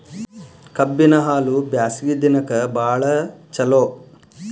ಕಬ್ಬಿನ ಹಾಲು ಬ್ಯಾಸ್ಗಿ ದಿನಕ ಬಾಳ ಚಲೋ